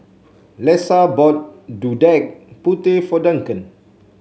Lesa bought Gudeg Putih for Duncan